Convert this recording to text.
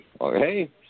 Okay